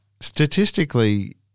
statistically